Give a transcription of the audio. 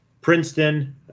Princeton